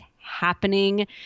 happening